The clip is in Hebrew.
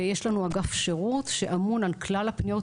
ויש לנו אגף שירות שאמון על כלל הפניות